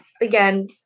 again